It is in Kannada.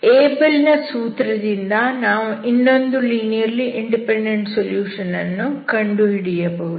ಏಬಲ್ ನ ಸೂತ್ರ Abel's formula ದಿಂದ ನಾವು ಇನ್ನೊಂದು ಲೀನಿಯರ್ಲಿ ಇಂಡಿಪೆಂಡೆಂಟ್ ಸೊಲ್ಯೂಷನ್ ಅನ್ನು ಕಂಡುಹಿಡಿಯಬಹುದು